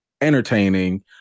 entertaining